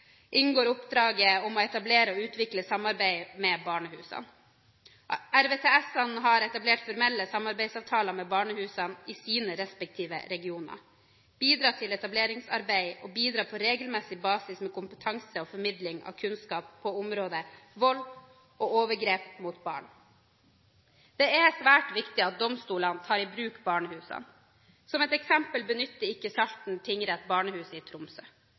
inngår oppdraget om å etablere og utvikle samarbeid med barnehusene. RVTS-ene har etablert formelle samarbeidsavtaler med barnehusene i sine respektive regioner, bidratt i etableringsarbeidet og bidrar på regelmessig basis med kompetanse og formidling av kunnskap på området vold og overgrep mot barn. Det er svært viktig at domstolene tar i bruk barnehusene. Som et eksempel benytter ikke Salten tingrett barnehuset i Tromsø.